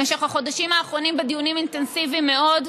במשך החודשים האחרונים, בדיונים אינטנסיביים מאוד,